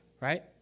right